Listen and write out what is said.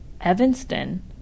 Evanston